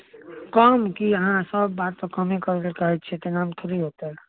कम की अहाँ सभ बार तऽ कमे करै लऽ कहै छियै तेनामे थोड़ी होयतै